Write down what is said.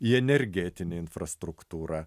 į energetinę infrastruktūrą